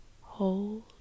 hold